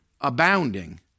abounding